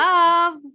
Love